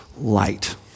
light